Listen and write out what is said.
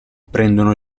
prendono